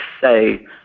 say